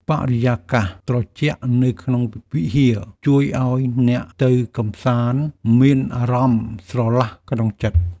បរិយាកាសត្រជាក់នៅក្នុងវិហារ ជួយឱ្យអ្នកទៅកម្សាន្តមានអារម្មណ៍ស្រឡះក្នុងចិត្ត។